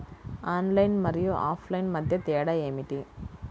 Online మరియు offline మధ్య తేడా ఏమిటీ?